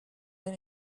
have